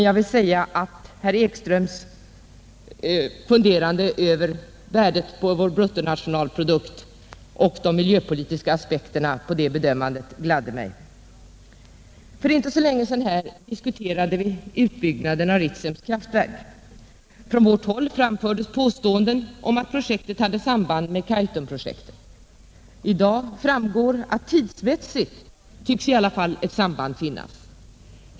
Jag vill dock säga att herr Ekströms uttalande om de miljöpolitiska aspekterna, sedda mot bakgrunden av vår bruttonationalprodukt, gladde mig. För inte så länge sedan diskuterade vi här utbyggnaden av Ritsems kraftverk. Från vårt håll framfördes påståenden om att projektet hade samband med Kaitumprojektet. I dag framgår att tidsmässigt tycks i alla fall ett samband finnas.